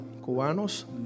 Cubanos